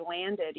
landed